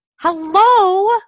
Hello